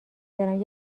دارم